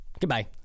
goodbye